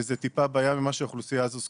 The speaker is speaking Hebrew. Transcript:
וזה טיפה בים ממה שהאוכלוסייה הזו זקוקה.